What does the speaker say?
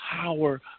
power